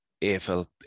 AFL